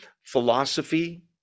philosophy